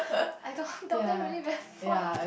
I don't want down there really very far